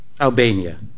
Albania